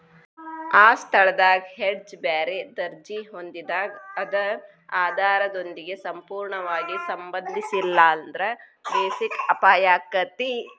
ಆ ಸ್ಥಳದಾಗ್ ಹೆಡ್ಜ್ ಬ್ಯಾರೆ ದರ್ಜಿ ಹೊಂದಿದಾಗ್ ಅದ ಆಧಾರದೊಂದಿಗೆ ಸಂಪೂರ್ಣವಾಗಿ ಸಂಬಂಧಿಸಿರ್ಲಿಲ್ಲಾಂದ್ರ ಬೆಸಿಕ್ ಅಪಾಯಾಕ್ಕತಿ